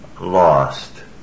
lost